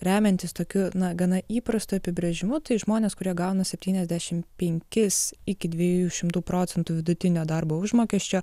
remiantis tokiu na gana įprastu apibrėžimu tai žmonės kurie gauna septyniasdešimt penkis iki dviejų šimtų procentų vidutinio darbo užmokesčio